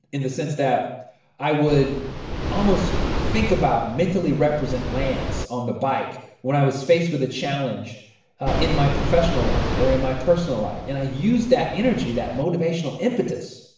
in the sense that i would almost think about and mentally represent lance on the bike when i was faced with a challenge in my professional life or in my personal life and i used that energy, that motivational impetus,